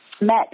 met